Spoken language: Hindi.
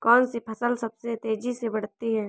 कौनसी फसल सबसे तेज़ी से बढ़ती है?